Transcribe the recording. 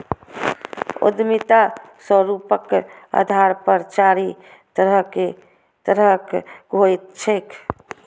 उद्यमिता स्वरूपक आधार पर चारि तरहक होइत छैक